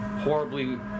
horribly